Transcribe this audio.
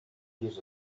years